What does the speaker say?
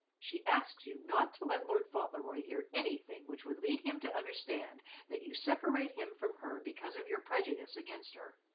she asks you not to let lord fauntleroy hear anything which would lead him to understand that you separate him from her because of your prejudice against her.